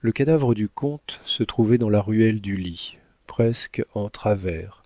le cadavre du comte se trouvait dans la ruelle du lit presque en travers